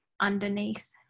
underneath